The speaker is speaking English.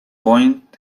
point